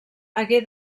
hagué